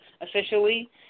officially